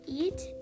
eat